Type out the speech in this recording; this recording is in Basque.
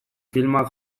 filmak